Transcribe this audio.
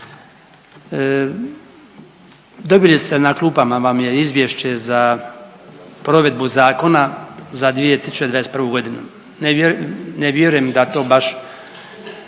Dobili ste, na klupama vam je Izvješće za provedbu zakona za 2021. godinu. Ne vjerujem da to baš